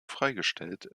freigestellt